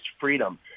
freedom